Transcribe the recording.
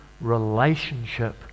relationship